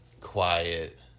quiet